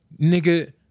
Nigga